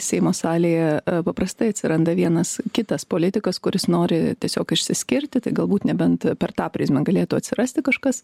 seimo salėje paprastai atsiranda vienas kitas politikas kuris nori tiesiog išsiskirti tai galbūt nebent per tą prizmę galėtų atsirasti kažkas